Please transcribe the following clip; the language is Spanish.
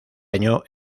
año